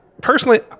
personally